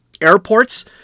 airports